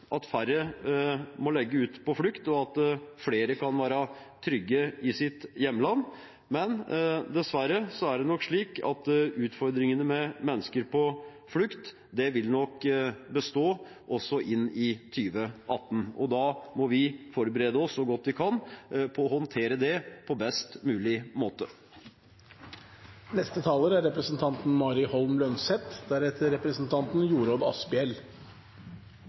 at færre må legge ut på flukt, og at flere kan være trygge i sitt hjemland, men dessverre er det nok slik at utfordringene med mennesker på flukt vil bestå også inn i 2018. Da må vi forberede oss så godt vi kan på å håndtere det på best mulig måte. Vi er